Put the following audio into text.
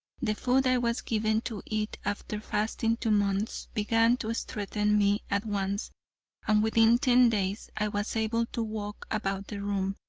the food i was given to eat after fasting two months, began to strengthen me at once and within ten days i was able to walk about the room.